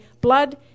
blood